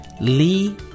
Lee